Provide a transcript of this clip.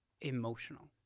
emotional